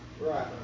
Right